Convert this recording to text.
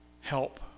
help